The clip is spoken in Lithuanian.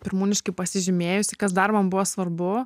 pirmūniškai pasižymėjusi kas dar man buvo svarbu